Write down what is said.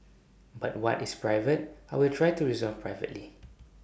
but what is private I will try to resolve privately